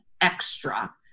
extra